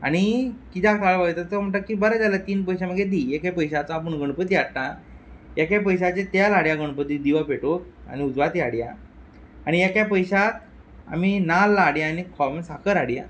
आनी कित्याक ताळयो वाजयता तो म्हणटा बरें जालें तीन पयशे म्हाका दी एका पयश्याचो आपूण गणपती हाडटा एका पयश्याचें तेल हाडया गणपतीक दिवो पेटोवंक आनी उजवाती हाडया आनी एका पयश्याक आमी नाल्ल हाडया आनी साखर हाडया